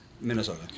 Minnesota